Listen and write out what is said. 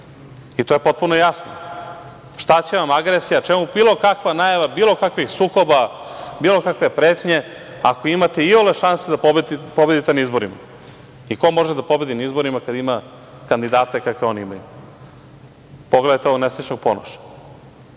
To je potpuno jasno. Šta će vam agresija? Čemu bilo kakva najava bilo kakvih sukoba, bilo kakve pretnje, ako imate iole šanse da pobedite na izborima? I ko može da pobedi na izborima kada ima kandidate kakve oni imaju? Pogledajte ovog nesrećnog Ponoša.